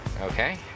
Okay